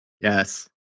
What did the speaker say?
Yes